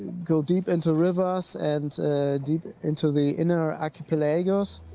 go deep into rivers and deep into the inner archipelagos.